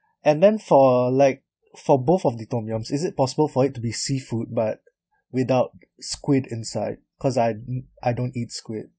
and then for like for both of the tom yums is it possible for it to be seafood but without squid inside cause I I don't eat squid